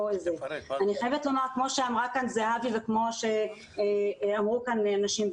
אני חייבת לומר כמו שאמרה כאן זהבי וכמו שאמרו כאן אנשים,